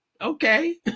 okay